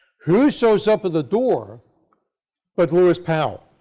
who shows up at the door but lewis powell,